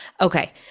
Okay